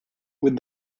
with